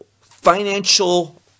financial